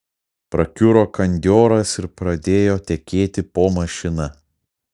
prakiuro kandioras ir pradėjo tekėti po mašina